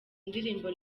ndirimbo